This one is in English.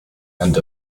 and